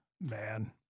Man